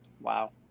Wow